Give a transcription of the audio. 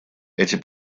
эти